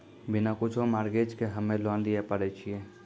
बिना कुछो मॉर्गेज के हम्मय लोन लिये पारे छियै?